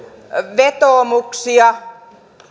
vetoomuksia